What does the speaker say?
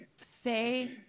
say